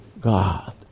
God